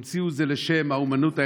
המציאו לזה שם: אומנות האפשר.